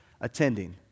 attending